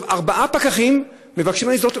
ארבעה פקחים מבקשים ממנה להזדהות.